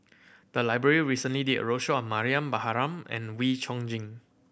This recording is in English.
the library recently did a roadshow on Mariam Baharom and Wee Chong Jin